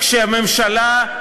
כשממשלה,